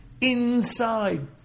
inside